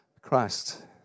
Christ